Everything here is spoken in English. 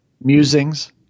Musings